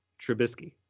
Trubisky